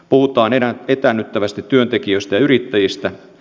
puhutaan etäännyttävästi työntekijöistä ja yrittäjistä